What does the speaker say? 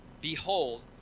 behold